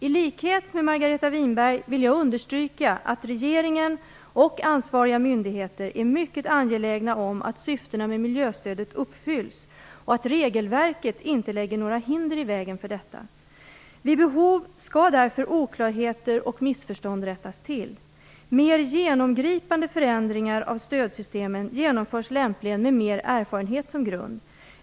I likhet med Margareta Winberg vill jag understryka att regeringen och ansvariga myndigheter är mycket angelägna om att syftena med miljöstödet uppfylls och att regelverket inte lägger några hinder i vägen för detta. Vid behov skall därför oklarheter och missförstånd rättas till. Mer genomgripande förändringar av stödsystemen genomförs lämpligen med mer erfarenhet som grund.